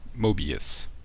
Mobius